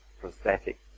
prosthetic